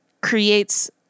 creates